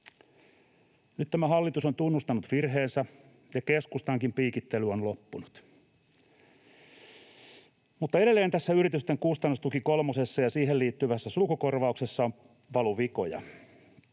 Nyt tämä hallitus on tunnustanut virheensä, ja keskustankin piikittely on loppunut. Mutta edelleen tässä yritysten kustannustuki kolmosessa ja siihen liittyvässä sulkukorvauksessa on valuvikoja.